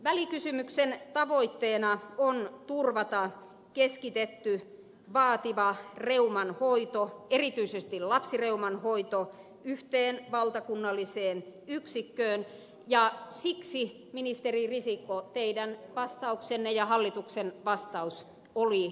välikysymyksen tavoitteena on turvata keskitetty vaativa reuman hoito erityisesti lapsireuman hoito yhteen valtakunnalliseen yksikköön ja siksi ministeri risikko teidän vastauksenne ja hallituksen vastaus oli pettymys